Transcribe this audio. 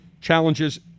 challenges